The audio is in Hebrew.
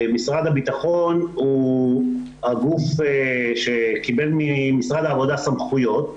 משרד הביטחון הוא הגוף שקיבל ממשרד העבודה סמכויות.